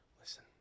Listen